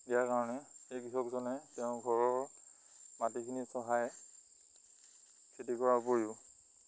দিয়াৰ কাৰণে সেই কৃষকজনে তেওঁ ঘৰৰ মাটিখিনি চহাই খেতি কৰাৰ উপৰিও